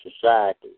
society